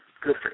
good